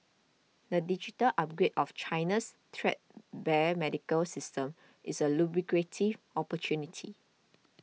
the digital upgrade of China's threadbare medical system is a lucrative opportunity